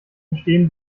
verstehen